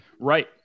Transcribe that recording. Right